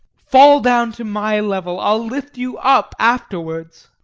fall down to my level, i'll lift you up afterwards.